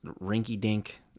rinky-dink